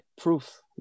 proof